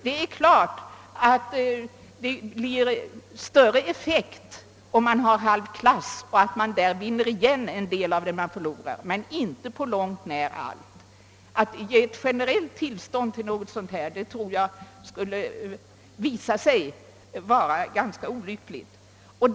Det är klart att det blir större effekt om man har en halv klass och att det där återvinns något av vad man förlorar, men det blir inte på långt när allt. Att ge ett generellt tillstånd härvidlag tror jag skulle visa sig vara ganska olyckligt.